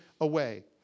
away